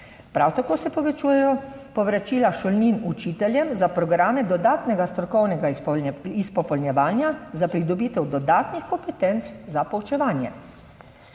Prav tako se povečujejo povračila šolnin učiteljem za programe dodatnega strokovnega izpopolnjevanja, za pridobitev dodatnih kompetenc za poučevanje.